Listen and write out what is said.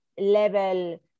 level